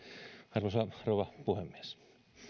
arvoisa rouva puhemies